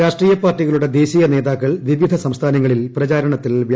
രാഷ്ട്രീയ പാർട്ടികളുടെ ദേശീയ നേതാക്കൾ വിവിധ സംസ്ഥാനങ്ങളിൽ പ്രചാരണത്തിൽ വ്യാപൃതർ